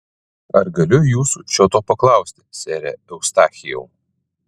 ar galiu jūsų šio to paklausti sere eustachijau